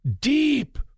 Deep